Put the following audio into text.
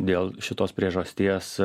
dėl šitos priežasties